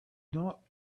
not